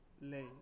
lay